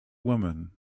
woman